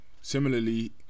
Similarly